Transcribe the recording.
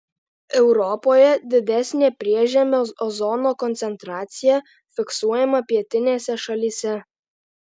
europoje didesnė priežemio ozono koncentracija fiksuojama pietinėse šalyse